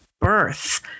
birth